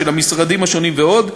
של המשרדים השונים ועוד,